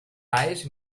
alls